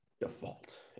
Default